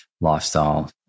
lifestyle